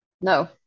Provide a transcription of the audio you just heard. No